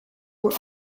were